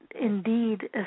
indeed